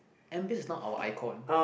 M_B_S is not our icon